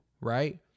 right